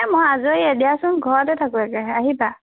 এই মই আজৰিয়ে দিয়াচোন ঘৰতে থাকোঁ আহিবা